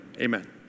amen